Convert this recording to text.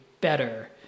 better